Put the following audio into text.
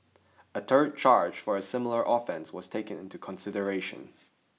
a third charge for a similar offence was taken into consideration